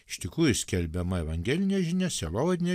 iš tikrųjų skelbiama evangelinė žinia sielovadinė